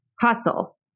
hustle